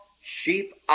sheep